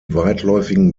weitläufigen